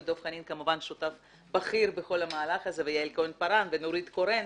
ודב חנין כמובן שותף בכיר בכל המהלך הזה ויעל כהן-פארן ונורית קורן.